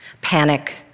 panic